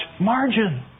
margin